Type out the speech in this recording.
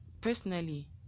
personally